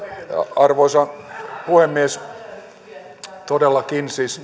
arvoisa puhemies todellakin siis